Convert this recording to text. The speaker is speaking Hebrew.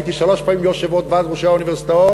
הייתי שלוש פעמים יושב-ראש ועד ראשי האוניברסיטאות,